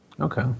Okay